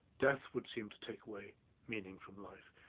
death would seem to take away meaning from life,